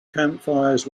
campfires